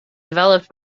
developed